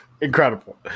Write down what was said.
Incredible